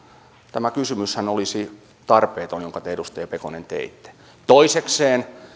tämä kysymyshän olisi tarpeeton jonka te edustaja pekonen teitte toisekseen